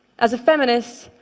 as a feminist,